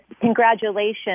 congratulations